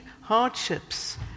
hardships